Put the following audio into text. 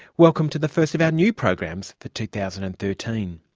welcome to the first of our new programs for two thousand and thirteen.